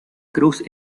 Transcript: cruz